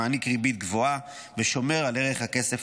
שמעניק ריבית גבוהה ושומר על ערך הכסף